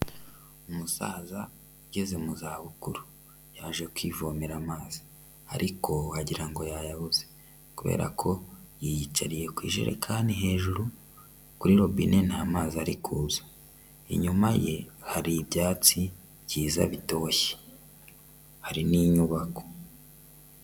Umusaza ugeze mu za bukuru yaje kwivomera amazi, ariko wagirango ngo yayabuze kubera ko yiyicariye ku ijerekani hejuru kuri robine nta mazi ari kuza, inyuma ye hari ibyatsi byiza bitoshye hari n'inyubako.